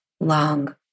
long